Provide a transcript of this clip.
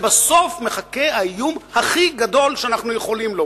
בסוף מחכה האיום הכי גדול שאנחנו לא יכולים לו.